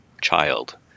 child